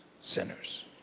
sinners